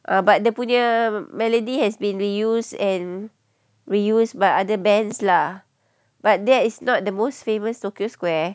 uh but dia punya melody has been reused and reused by other bands lah but that is not the most famous tokyo square